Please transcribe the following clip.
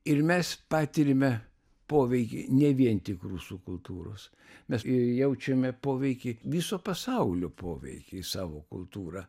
ir mes patiriame poveikį ne vien tik rusų kultūros mes jaučiame poveikį viso pasaulio poveikį į savo kultūrą